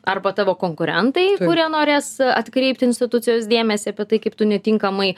arba tavo konkurentai kurie norės atkreipti institucijos dėmesį apie tai kaip tu netinkamai